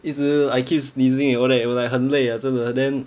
一直 I keep sneezing and all eh 我 like 很累啊真的 then